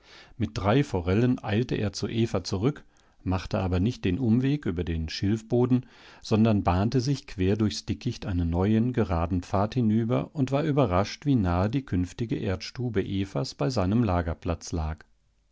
mit drei forellen eilte er zu eva zurück machte aber nicht den umweg über den schilfboden sondern bahnte sich quer durchs dickicht einen neuen geraden pfad hinüber und war überrascht wie nahe die künftige erdstube evas bei seinem lagerplatz lag